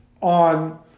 on